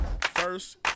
First